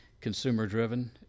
consumer-driven